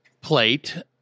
plate